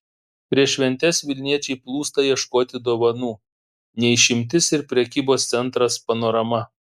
prieš šventes vilniečiai plūsta ieškoti dovanų ne išimtis ir prekybos centras panorama